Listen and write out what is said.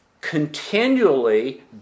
continually